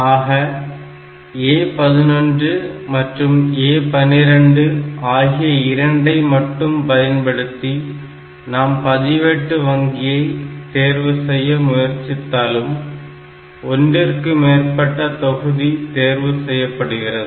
ஆக A11 மற்றும் A12 ஆகிய இரண்டையும் மட்டும் பயன்படுத்தி நாம் பதிவேட்டு வங்கியை தேர்வு செய்ய முயற்சித்தாலும் ஒன்றிற்கு மேற்பட்ட தொகுதி தேர்வு செய்யப்படுகிறது